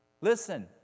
listen